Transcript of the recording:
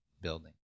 building